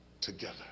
together